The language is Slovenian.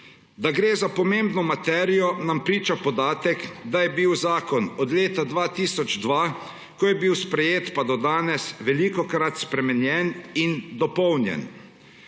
Da gre za pomembno materijo, nam priča podatek, da je bil zakon od leta 2002, ko je bil sprejet, pa do danes velikokrat spremenjen in dopolnjen.